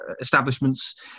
establishments